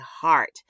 heart